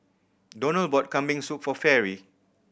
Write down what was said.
Donald bought Kambing Soup for Fairy